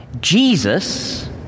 Jesus